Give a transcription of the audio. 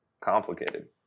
complicated